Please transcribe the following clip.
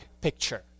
picture